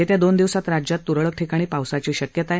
येत्या दोन दिवसात राज्यात तूरळक ठिकाणी पावसाची शक्यता आहे